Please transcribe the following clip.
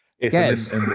Yes